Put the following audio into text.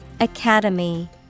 Academy